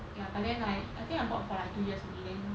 ya but then I I think I bought for like two years only then